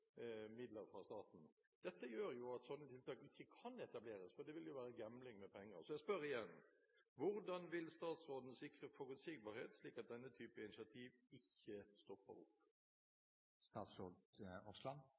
fra staten. Dette gjør at slike tiltak ikke kan etableres, for det ville jo være gambling med penger. Så jeg spør igjen: Hvordan vil statsråden sikre forutsigbarhet, slik at denne type initiativ ikke stopper